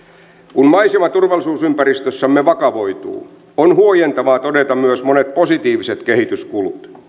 kun maisema turvallisuusympäristössämme vakavoituu on huojentavaa todeta myös monet positiiviset kehityskulut